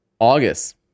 August